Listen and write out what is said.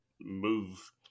move